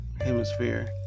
hemisphere